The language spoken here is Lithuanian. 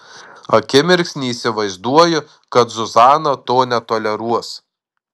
akimirksnį įsivaizduoju kad zuzana to netoleruos